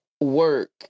work